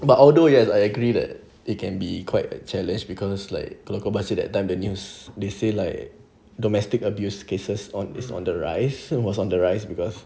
but although yes I agree that it can be quite a challenge because like kalau kau baca that time the news they say like domestic abuse cases on is on the rise was on the rise because